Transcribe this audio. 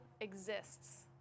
exists